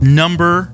number